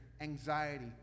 anxiety